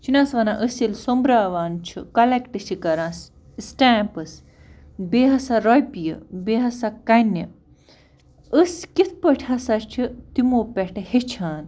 چھِنہٕ حظ ونان أسۍ ییٚلہِ سوٚمبراوان چھِ کَلٮ۪کٹہٕ چھِ کَران سِٹیمپٕس بیٚیہِ ہسا رۄپیہِ بیٚیہِ ہسا کَنہِ أسۍ کِتھٕ پٲٹھۍ ہسا چھِ تِمَو پٮ۪ٹھٕ ہٮ۪چھان